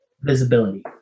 visibility